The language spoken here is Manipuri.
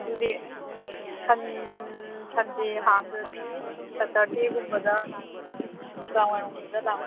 ꯑꯗꯨꯗꯤ ꯁꯟꯗꯦ ꯍꯥꯡꯗ꯭ꯔꯗꯤ ꯁꯇꯔꯗꯦꯒꯨꯝꯕꯗ ꯅꯨꯡꯗꯥꯡ ꯋꯥꯏꯔꯝꯒꯨꯝꯕꯗ ꯂꯥꯛꯄ